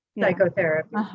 psychotherapy